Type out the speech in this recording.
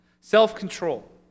self-control